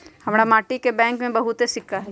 हमरा माटि के बैंक में बहुते सिक्का हई